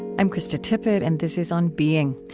i'm krista tippett, and this is on being.